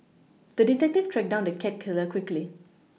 the detective tracked down the cat killer quickly